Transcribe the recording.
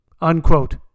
Unquote